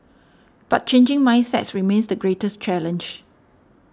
but changing mindsets remains the greatest challenge